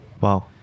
wow